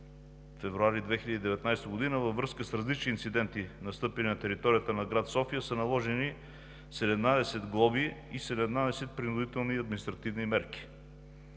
24 февруари 2019 г. Във връзка с различни инциденти настъпили на територията на град София са наложени 17 глоби и 17 принудителни и административни мерки